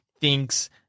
thinks